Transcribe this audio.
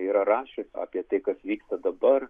yra rašius apie tai kas vyksta dabar